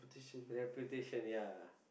reputation ya